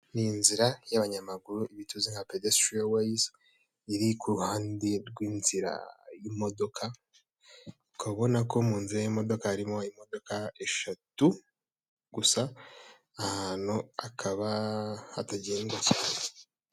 Ni inzira y'abanyamaguru ibi tuzi nka pedesho weyizi, iri ku ruhande rw'inzira y'imodoka, ukabona ko mu nzira y'imodoka harimo imodoka eshatu, gusa aha hantu hakaba hatagendwa cyane.